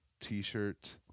t-shirt